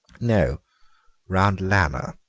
no round lanner.